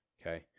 Okay